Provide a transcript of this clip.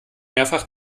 mehrfach